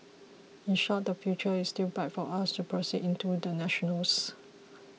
in short the future is still bright for us to proceed into the national's